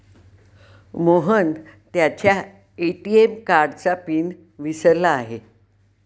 मोहन त्याच्या ए.टी.एम कार्डचा पिन विसरला आहे